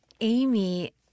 Amy